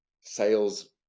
sales